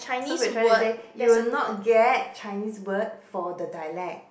so we're trying to say you will not get Chinese word for the dialect